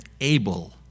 able